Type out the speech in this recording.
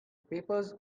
papers